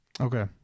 Okay